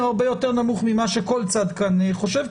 הרבה יותר נמוך ממה שכל צד כאן חושב,